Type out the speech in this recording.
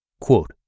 Quote